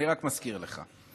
אני רק מזכיר לך.